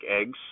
eggs